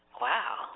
wow